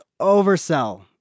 oversell